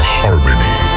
harmony